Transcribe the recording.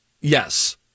Yes